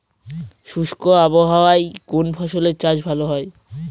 শুষ্ক আবহাওয়ায় কোন ফসলের চাষ ভালো হয়?